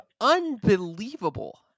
unbelievable